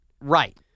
right